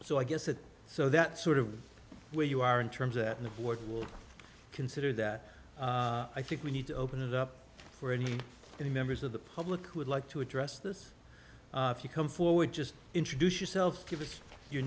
so i guess it so that sort of where you are in terms of that in the board will consider that i think we need to open it up for any any members of the public would like to address this if you come forward just introduce yourself give us your